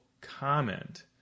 comment